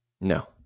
No